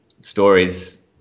stories